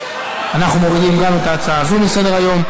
אנחנו מורידים גם את ההצעה הזו מסדר-היום.